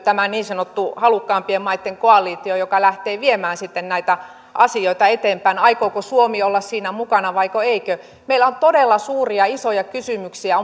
tämä niin sanottu halukkaampien maitten koalitio joka lähtee viemään sitten näitä asioita eteenpäin aikooko suomi olla siinä mukana vaiko ei meillä on todella suuria isoja kysymyksiä